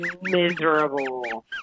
miserable